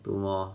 two more